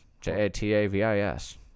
J-A-T-A-V-I-S